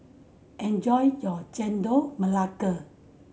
enjoy your Chendol Melaka